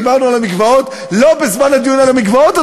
דיברנו על המקוואות לא בזמן הדיון על המקוואות,